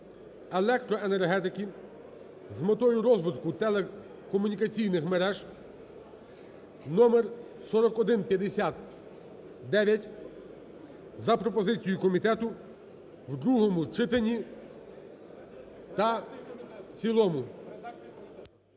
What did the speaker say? електроенергетики з метою розвитку телекомунікаційних мереж (№ 4159), за пропозицією комітету, в другому читанні та в цілому,